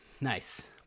Nice